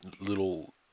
little